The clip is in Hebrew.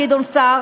גדעון סער,